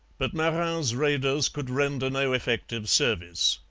but marin's raiders could render no effective service.